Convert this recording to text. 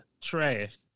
Trash